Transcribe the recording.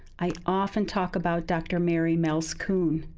i often talk about dr. mary malzkuhn.